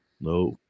No